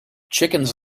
chickens